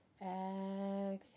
exhale